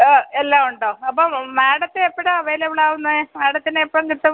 എല്ലാം ഉണ്ടോ അപ്പം മാഡത്തെ എപ്പഴാ അവൈലബിൾ ആവുന്നത് മാഡത്തിനെ എപ്പം കിട്ടും